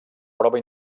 prova